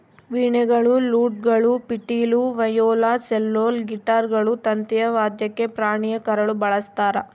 ವೀಣೆಗಳು ಲೂಟ್ಗಳು ಪಿಟೀಲು ವಯೋಲಾ ಸೆಲ್ಲೋಲ್ ಗಿಟಾರ್ಗಳು ತಂತಿಯ ವಾದ್ಯಕ್ಕೆ ಪ್ರಾಣಿಯ ಕರಳು ಬಳಸ್ತಾರ